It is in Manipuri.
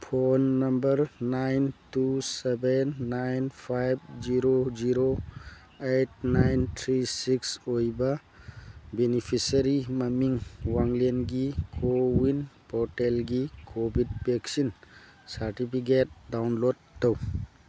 phone number nine two seven nine five zero zero eight nine three six ꯑꯣꯏꯕ ꯕꯤꯅꯤꯐꯤꯁꯔꯤ ꯃꯃꯤꯡ ꯋꯥꯡꯂꯦꯟꯒꯤ ꯀꯣꯋꯤꯟ ꯄꯣꯔꯇꯦꯜꯒꯤ ꯀꯣꯕꯤꯠ ꯚꯦꯛꯁꯤꯟ ꯁꯥꯔꯇꯤꯐꯤꯀꯦꯠ ꯗꯥꯎꯟꯂꯣꯠ ꯇꯧ